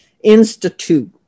institute